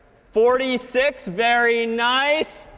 forty six, very nice.